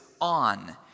on